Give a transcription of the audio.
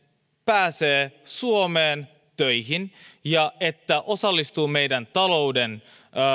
pääsee suomeen töihin ja osallistuu meidän talouden